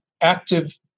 active